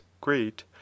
great